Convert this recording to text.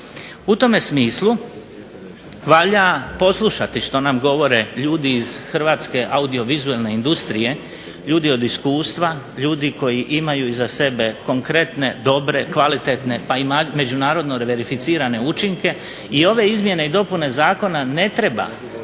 U tome smislu valja poslušati što nam govore ljudi iz hrvatske audiovizualne industrije, ljudi od iskustva, ljudi koji imaju iza sebe konkretne, dobre, kvalitetne pa i međunarodno verificirane učinke. I ove izmjene i dopune zakona ne treba